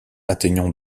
atteignant